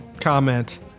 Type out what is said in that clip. comment